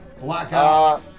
Blackout